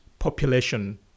population